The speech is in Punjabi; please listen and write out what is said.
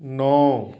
ਨੌਂ